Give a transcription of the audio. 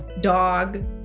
dog